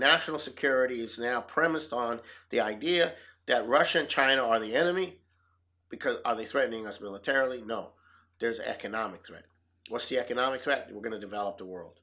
national security is now premised on the idea that russia and china are the enemy because of the threatening us militarily no there's economic threat what's the economic threat we're going to develop the world